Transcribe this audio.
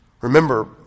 Remember